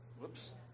Whoops